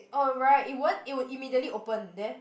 oh right it won't it will immediately open there